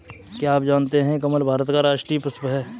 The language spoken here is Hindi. क्या आप जानते है कमल भारत का राष्ट्रीय पुष्प है?